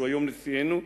לימים נשיאנו,